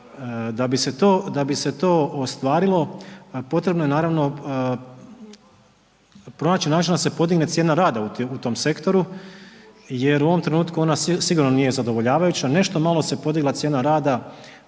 Da bi se to ostvarilo, potrebno je naravno pronaći načina da se podigne cijene rada u tom sektoru jer u ovom trenutku ona sigurno nije zadovoljavajuća, nešto malo se podigla cijena rada